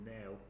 now